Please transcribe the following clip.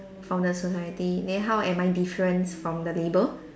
from the society then how am I different from the label